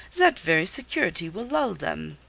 that very security will lull them.